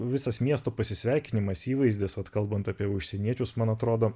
visas miesto pasisveikinimas įvaizdis vat kalbant apie užsieniečius man atrodo